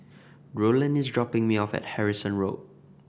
Rowland is dropping me off at Harrison Road